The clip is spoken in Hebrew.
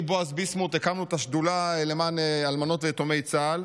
בועז ביסמוט הקמנו את השדולה למען אלמנות ויתומי צה"ל,